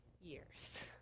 years